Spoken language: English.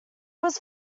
was